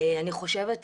אני חושבת,